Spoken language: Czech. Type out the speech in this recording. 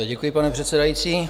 Děkuji, pane předsedající.